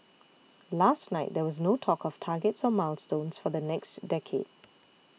last night there was no talk of targets or milestones for the next decade